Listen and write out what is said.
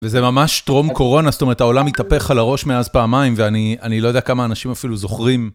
וזה ממש טרום קורונה, זאת אומרת, העולם התהפך על הראש מאז פעמיים, ואני לא יודע כמה אנשים אפילו זוכרים.